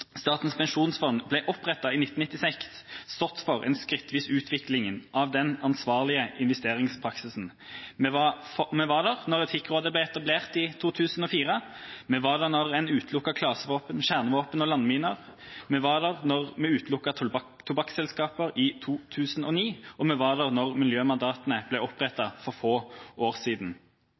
Statens petroleumsfond ble opprettet i 1996, stått for en skrittvis utvikling av den ansvarlige investeringspraksisen. Vi var der da Etikkrådet ble etablert i 2004. Vi var der da en utelukket klasevåpen, kjernevåpen og landminer. Vi var der da en utelukket tobakkselskaper i 2009. Vi var der da miljømandatene ble opprettet for få år siden.